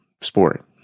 sport